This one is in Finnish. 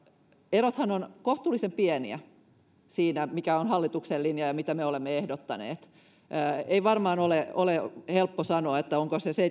erothan ovat kohtuullisen pieniä siinä mikä on hallituksen linja ja mitä me olemme ehdottaneet ei varmaan ole ole helppo sanoa onko se se